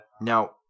Now